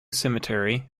cemetery